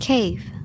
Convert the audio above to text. Cave